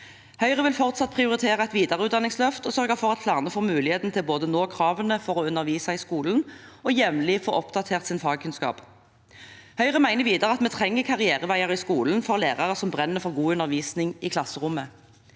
Høyre vil fortsatt prioritere et videreutdanningsløft og sørge for at flere får muligheten til å både nå kravene for å undervise i skolen og jevnlig få oppdatert sin fagkunnskap. Høyre mener videre at vi trenger karriereveier i skolen for lærere som brenner for god undervisning i klasserommet.